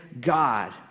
God